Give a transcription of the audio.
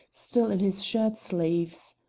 still in his shirt-sleeves.